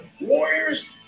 Warriors